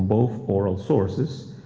both oral sources,